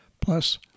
plus